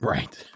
Right